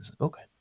Okay